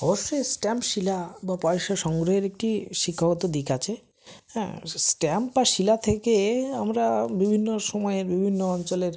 অবশ্যই স্ট্যাম্প শিলা বা পয়সা সংগ্রহের একটি শিক্ষাগত দিক আছে হ্যাঁ স্ট্যাম্প বা শিলা থেকে আমরা বিভিন্ন সময়ে বিভিন্ন অঞ্চলের